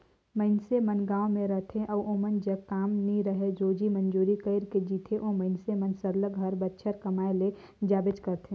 मइनसे मन गाँव में रहथें अउ ओमन जग काम नी रहें रोजी मंजूरी कइर के जीथें ओ मइनसे मन सरलग हर बछर कमाए ले जाबेच करथे